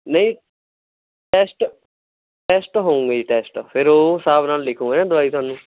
ਨਹੀਂ test test ਹੋਊਂਗੇ ਜੀ ਟੈਸਟ ਫਿਰ ਉਹ ਹਿਸਾਬ ਨਾਲ ਲਿਖੂਗੇ ਨਾ ਦਵਾਈ ਤੁਹਾਨੂੰ